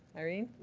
irene